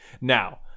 Now